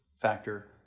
factor